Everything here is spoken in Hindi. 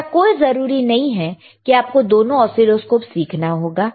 ऐसा कोई जरूरी नहीं है कि आपको दोनों ऑसीलोस्कोप सीखना होगा